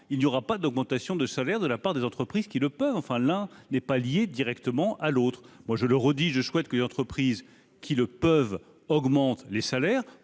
il n'y aura pas d'augmentation de salaire de la part des entreprises qui le peuvent, enfin l'un n'est pas liée directement à l'autre, moi, je le redis, je souhaite que les entreprises qui le peuvent, augmentent les salaires